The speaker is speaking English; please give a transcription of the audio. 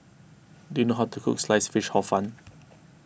do you know how to cook Sliced Fish Hor Fun